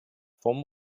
vom